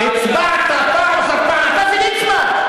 הצבעת פעם אחר פעם, אתה וליצמן.